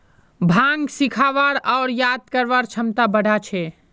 भांग सीखवार आर याद करवार क्षमता बढ़ा छे